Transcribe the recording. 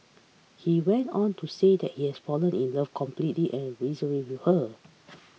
he went on to say that he has fallen in love completely and unreservedly with her